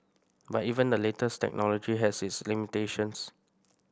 but even the latest technology has its limitations